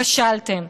כשלתם.